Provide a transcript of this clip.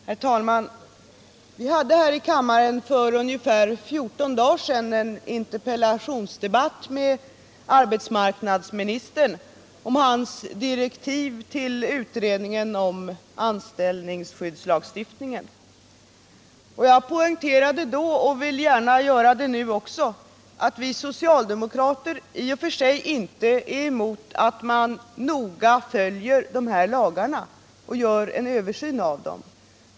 Herr talman! Vi hade här i kammaren för ungefär 14 dagar sedan en interpellationsdebatt med arbetsmarknadsministern om hans direktiv till utredningen om anställningsskyddslagstiftningen. Jag poängterade då — och jag vill gärna göra det nu också — att vi socialdemokrater i och för sig inte är emot att man noga följer de här lagarna och gör en översyn av dem.